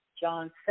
John